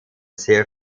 sehr